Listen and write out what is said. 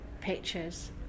pictures